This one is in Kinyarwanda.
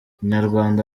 inyarwanda